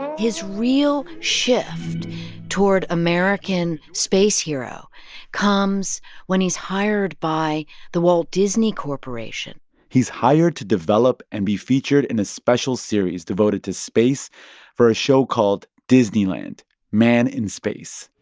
his real shift toward american space hero comes when he's hired by the walt disney corporation he's hired to develop and be featured in a special series devoted to space for a show called disneyland man in space.